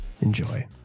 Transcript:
Enjoy